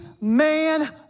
man